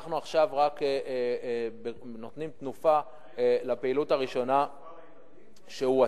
אנחנו עכשיו רק נותנים תנופה לפעילות הראשונה שהוא עשה.